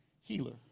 healer